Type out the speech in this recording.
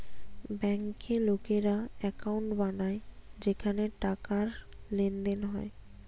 বেঙ্কে লোকেরা একাউন্ট বানায় যেখানে টাকার লেনদেন হয়